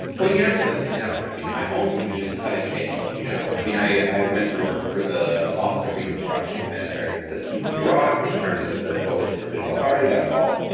well, you never want to say never. i mean, my own views haven't changed. you know, i mean, i went to work for the office of reconstruction humanitarian and assistance in iraq, which turned into the coalition provisional authority. that was all.